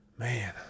Man